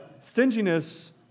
Stinginess